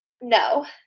No